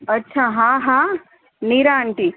અચ્છા હા હા નિરા આન્ટી